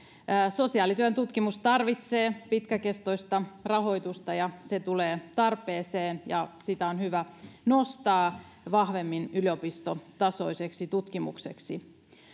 sosiaalityön tutkimus tarvitsee pitkäkestoista rahoitusta se tulee tarpeeseen ja sitä on hyvä nostaa vahvemmin yliopistotasoiseksi tutkimukseksi